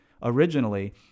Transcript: originally